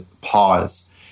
pause